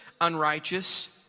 unrighteous